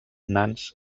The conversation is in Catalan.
nans